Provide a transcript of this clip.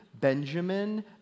Benjamin